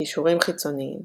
קישורים חיצוניים